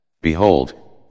Behold